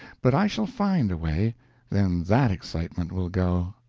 but i shall find a way then that excitement will go.